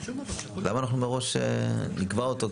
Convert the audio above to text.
למה אנחנו מראש נקבע אותו,